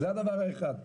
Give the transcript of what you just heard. זה דבר אחד.